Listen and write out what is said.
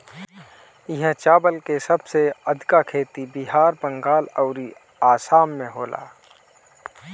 इहा चावल के सबसे अधिका खेती बिहार, बंगाल अउरी आसाम में होला